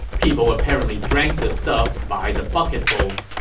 people apparently drank this stuff by the bucketful.